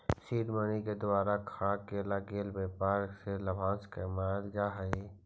seed money के द्वारा खड़ा केल गेल व्यापार से लाभांश कमाएल जा हई